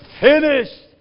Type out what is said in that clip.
finished